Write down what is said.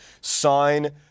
sign